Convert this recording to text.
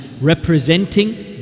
representing